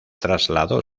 trasladó